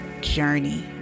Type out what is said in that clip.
journey